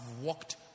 walked